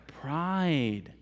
Pride